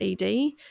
ED